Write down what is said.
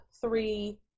three